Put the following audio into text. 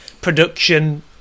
production